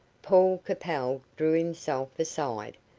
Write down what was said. paul capel drew himself aside,